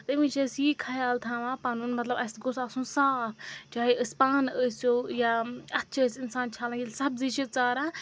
اَمہِ وِزِ چھِ أسۍ یی خَیال تھاوان پَنُن مطلب اَسہِ گوٚژھ آسُن صاف چاہے أسۍ پانہٕ ٲسِو یا اَتھٕ چھِ أسۍ اِنسان چھَلان ییٚلہِ سبزی چھِ ژاران